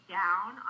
down